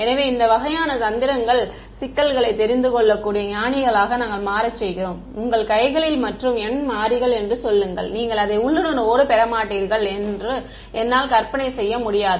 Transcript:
எனவே இந்த வகையான தந்திரங்கள் சிக்கல்களைத் தெரிந்து கொள்ளக்கூடிய ஞானிகளாக நாங்கள் மாற செய்கிறோம் உங்கள் கைகளில் மற்றும் n மாறிகள் என்று சொல்லுங்கள் நீங்கள் அதை உள்ளுணர்வோடு பெறமாட்டீர்கள் என்று என்னால் கற்பனை செய்ய முடியாது